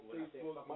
Facebook